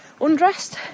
undressed